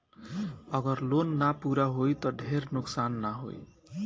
अगर लोन ना पूरा होई त ढेर नुकसान ना होई